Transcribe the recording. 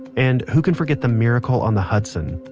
and who can forget the miracle on the hudson?